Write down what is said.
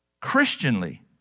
Christianly